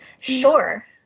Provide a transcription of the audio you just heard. Sure